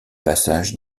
passages